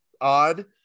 odd